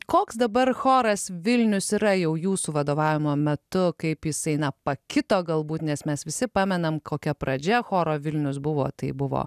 koks dabar choras vilnius yra jau jūsų vadovavimo metu kaip jisai na pakito galbūt nes mes visi pamenam kokia pradžia choro vilnius buvo tai buvo